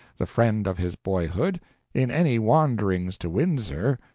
the friend of his boyhood, in any wanderings to windsor.